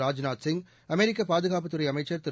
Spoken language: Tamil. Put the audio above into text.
ராஜ்நாத் சிங் அமெரிக்க பாதுகாப்புத் துறை அமைச்சர் திரு